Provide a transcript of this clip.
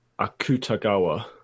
Akutagawa